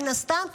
מן הסתם,